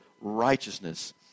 righteousness